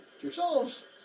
yourselves